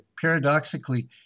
paradoxically